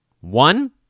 One